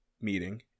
meeting